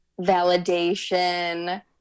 validation